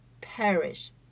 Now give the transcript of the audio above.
perish